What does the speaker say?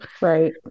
Right